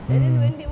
mm